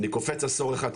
אני קופץ עשור אחד קדימה,